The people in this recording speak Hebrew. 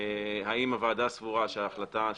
האם הוועדה סבורה שההחלטה,